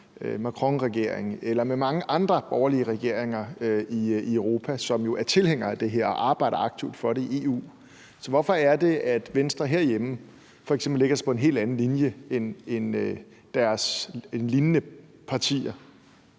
Macronregering og med mange andre borgerlige regeringer i Europa, som jo er tilhængere af det her og arbejder aktivt for det i EU. Så hvorfor er det, at Venstre herhjemme har en helt anden linje end deres lignende partier, altså